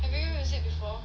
have you used it before